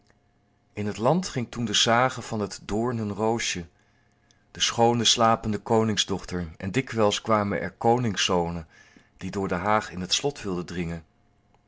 in het land ging toen de sage van het doornenroosje de schoone slapende koningsdochter en dikwijls kwamen er koningszonen die door de haag in het slot wilden dringen